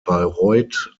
bayreuth